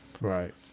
Right